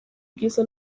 bwiza